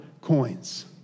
coins